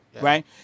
Right